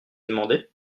demandé